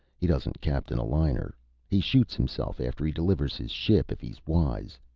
he doesn't captain a liner he shoots himself after he delivers his ship, if he's wise!